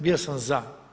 Bio sam za.